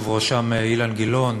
ובראשם אילן גילאון,